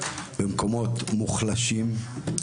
ממקומות מוחלשים,